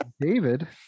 David